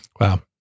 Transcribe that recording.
Wow